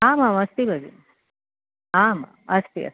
आमाम् अस्ति भगिनी आम् अस्ति अस्ति